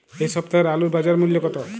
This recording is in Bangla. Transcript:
এ সপ্তাহের আলুর বাজার মূল্য কত?